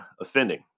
offending